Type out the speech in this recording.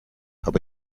habe